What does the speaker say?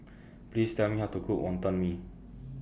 Please Tell Me How to Cook Wonton Mee